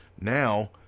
Now